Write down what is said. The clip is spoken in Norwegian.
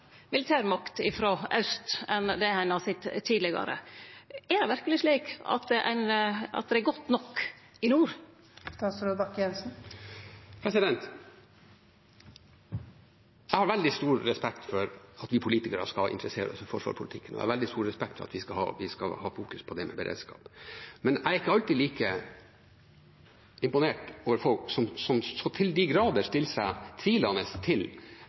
militærmakt frå aust enn det ein har sett tidlegare. Er det verkeleg slik at det er godt nok i nord? Jeg har veldig stor respekt for at vi politikere skal interessere oss for forsvarspolitikken, og jeg har veldig stor respekt for at vi skal ha fokus på beredskap, men jeg er ikke alltid like imponert over folk som til de grader stiller seg tvilende til